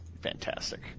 Fantastic